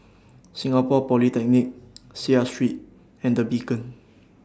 Singapore Polytechnic Seah Street and The Beacon